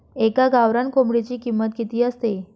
एका गावरान कोंबडीची किंमत किती असते?